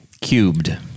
Cubed